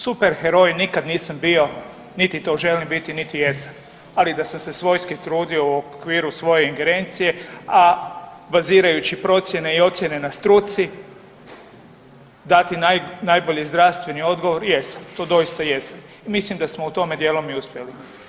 Super heroj nikad nisam bio, niti to želim biti, niti jesam, ali da sam se svojski trudio u okviru svoje ingerencije, a bazirajući procjene i ocjene na struci, dati najbolji zdravstveni odgovor, jesam, tu doista jesam i mislim da smo u tome dijelom i uspjeli.